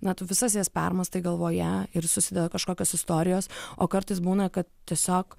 na tu visas jas permąstai galvoje ir susideda kažkokios istorijos o kartais būna kad tiesiog